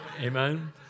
Amen